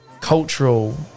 cultural